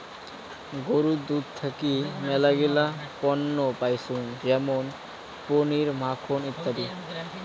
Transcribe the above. গরুর দুধ থাকি মেলাগিলা পণ্য পাইচুঙ যেমন পনির, মাখন ইত্যাদি